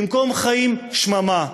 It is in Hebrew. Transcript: במקום חיים, שממה.